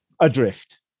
Adrift